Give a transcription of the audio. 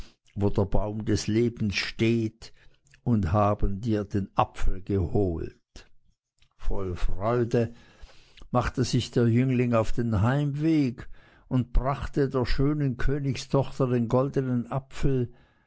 wo der baum des lebens steht und haben dir den apfel geholt voll freude machte sich der jüngling auf den heimweg und brachte der schönen königstochter den goldenen apfel